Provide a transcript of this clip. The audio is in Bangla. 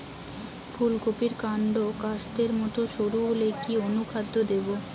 ফুলকপির কান্ড কাস্তের মত সরু হলে কি অনুখাদ্য দেবো?